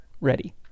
ready